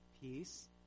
peace